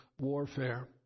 warfare